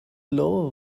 lower